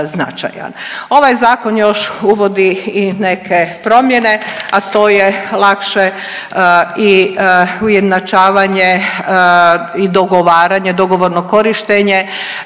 Ovaj zakon još uvodi i neke promjene, a to je lakše i ujednačavanje i dogovaranje, dogovorno korištenje